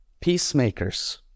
Peacemakers